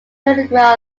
integral